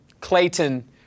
Clayton